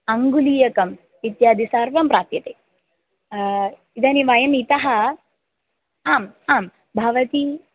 अङ्गुलीयकम् इत्यादि सर्वं प्राप्यते इदानीं वयम् इतः आम् आं भवती